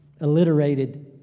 alliterated